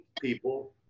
people